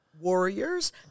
Warriors